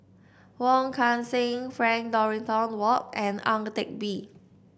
Wong Kan Seng Frank Dorrington Ward and Ang Teck Bee